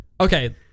Okay